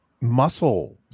muscle